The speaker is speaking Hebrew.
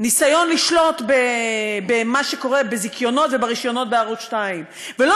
הניסיון לשלוט במה שקורה בזיכיונות וברישיונות בערוץ 2. ולא